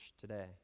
today